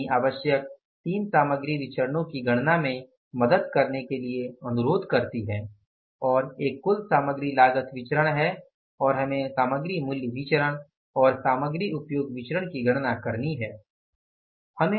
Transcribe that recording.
company आवश्यक तीन सामग्री विचरणो की गणना में मदद करने के लिए अनुरोध करती है और एक कुल सामग्री लागत विचरण है और हमें सामग्री मूल्य विचरण और सामग्री उपयोग विचरण की गणना करनी है